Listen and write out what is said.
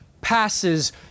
passes